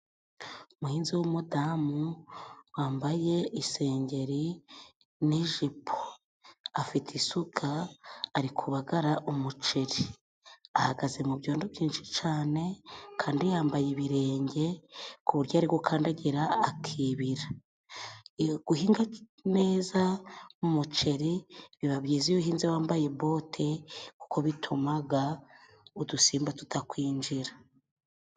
Umuhinzi w'umudamu, wambaye isengeri, n'ijipo. Afite isuka, ari ku bagara umuceri. Ahagaze mu byondo byinshi cane, kandi yambaye ibirenge, ku buryo ari gukandagira akibira .Guhinga neza umuceri biba byiza yo uhinze wambaye bote, kuko bitumaga udusimba tutakwinjira.